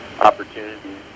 opportunities